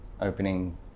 opening